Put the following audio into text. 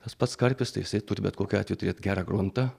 tas pats karpis tai jisai turi bet kokiu atveju turėt gerą gruntą